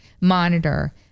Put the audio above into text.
monitor